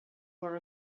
were